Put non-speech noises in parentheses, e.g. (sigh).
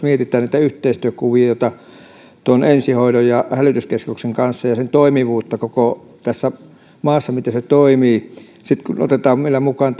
(unintelligible) mietitään näitä yhteistyön kuvioita tuon ensihoidon ja hälytyskeskuksen kanssa ja sen toimivuutta koko tässä maassa miten se toimii vielä kun otetaan mukaan (unintelligible)